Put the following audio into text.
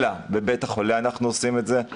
אלא אנחנו עושים את זה בבית החולה,